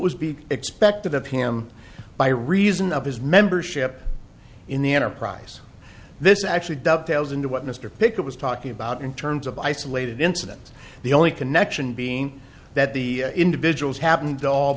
was be expected of him by reason of his membership in the enterprise this actually dovetails into what mr pickett was talking about in terms of isolated incidents the only connection being that the individuals happened all